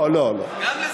לא, לא, לא.